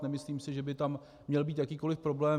Nemyslím si, že by tam měl být jakýkoli problém.